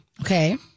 okay